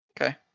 okay